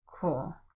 cool